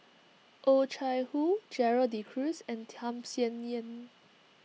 Oh Chai Hoo Gerald De Cruz and Tham Sien Yen